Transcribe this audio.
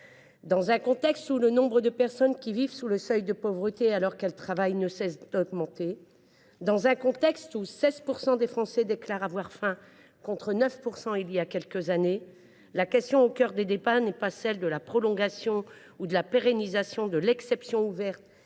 Dans ce contexte, le nombre de personnes qui vivent sous le seuil de pauvreté, alors qu’elles travaillent, ne cesse d’augmenter, et 16 % des Français déclarent avoir faim, contre 9 % voilà quelques années. Aussi, la question au cœur des débats doit être non pas celle de la prolongation ou de la pérennisation de l’exception ouverte